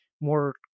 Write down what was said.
more